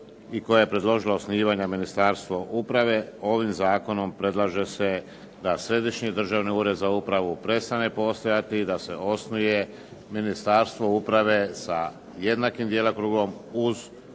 i koja je predložila osnivanje Ministarstva uprave, ovim zakonom predlaže se da Središnji državni ured za upravu prestane postojati i da se osnuje Ministarstvo uprave sa jednakim djelokrugom uz